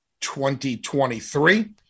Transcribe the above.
2023